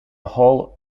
hall